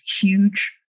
huge